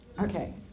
Okay